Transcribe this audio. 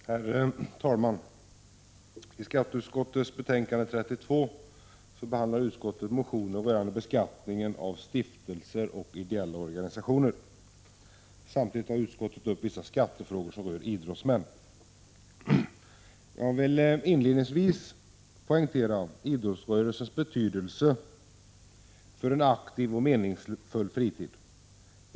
Herr talman! I skatteutskottets betänkande 32 behandlar utskottet motioner rörande beskattningen av stiftelser och ideella organisationer. Samtidigt tar utskottet upp vissa skattefrågor som rör idrottsmän. Jag vill inledningsvis poängtera idrottsrörelsens betydelse för en aktiv och meningsfull fritid.